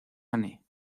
années